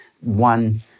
one